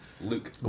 Luke